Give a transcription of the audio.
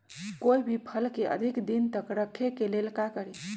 कोई भी फल के अधिक दिन तक रखे के लेल का करी?